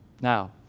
Now